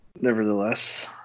nevertheless